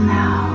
now